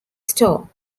store